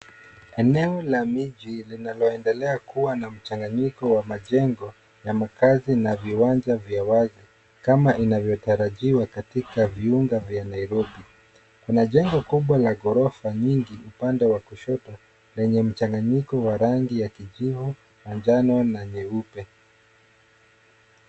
Eneo la miji linaloendelea kuwa na mchanganyiko wa majengo ya makazi na viwanja vya wazi kama inavyotarajiwa katika viunga vya Nairobi. Kuna jengo kubwa la ghorofa nyingi upande wa kushoto lenye mchanganyiko wa rangi ya kijivu na njano na nyeupe